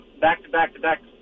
back-to-back-to-back